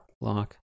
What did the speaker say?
Lock